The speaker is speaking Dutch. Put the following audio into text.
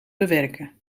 bewerken